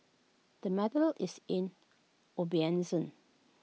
the matter is in abeyance